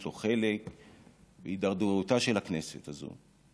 יש לו חלק בהתדרדרותה של הכנסת הזאת.